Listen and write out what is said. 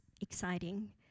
exciting